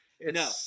No